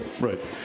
Right